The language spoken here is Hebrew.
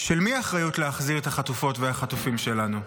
של מי האחריות להחזיר את החטופות והחטופים שלנו?